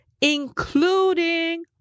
including